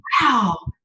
wow